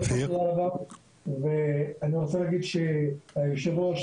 אני רוצה להגיד שיושב הראש